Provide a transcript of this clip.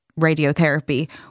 radiotherapy